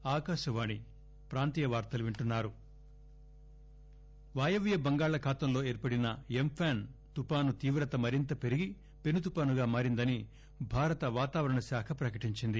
తుఫాను వాయువ్య బంగాళాఖాతంలో ఏర్పడిన ఎంఫాన్ తుపాను తీవ్రత మరింత పెరిగి పెను తుపానుగా మారిందని భారత వాతావరణ శాఖ ప్రకటించింది